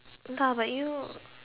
but but you